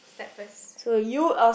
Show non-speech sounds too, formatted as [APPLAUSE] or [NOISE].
start first [BREATH]